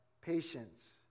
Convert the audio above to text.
patience